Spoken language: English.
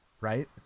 right